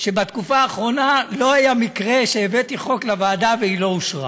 שבתקופה האחרונה לא היה מקרה שהבאתי חוק לוועדה והיא לא אושרה.